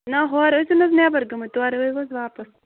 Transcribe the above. نہَ ہور ٲسِو نا حظ نیٚبَر گٲمٕتۍ تورٕ ٲیِوٕ حظ واپَس